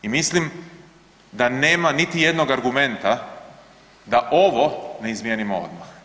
I mislim da nema niti jednog argumenta da ovo ne izmijenimo odmah.